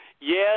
yes